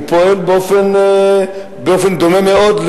פועל באופן דומה מאוד,